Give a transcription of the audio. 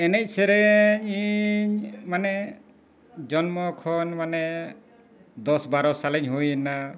ᱮᱱᱮᱡ ᱥᱮᱨᱮᱧ ᱤᱧ ᱢᱟᱱᱮ ᱡᱚᱱᱢᱚ ᱠᱷᱚᱱ ᱢᱟᱱᱮ ᱫᱚᱥ ᱵᱟᱨᱚ ᱥᱟᱞ ᱤᱧ ᱦᱩᱭᱮᱱᱟ